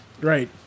right